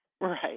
Right